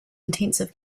intensive